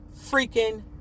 freaking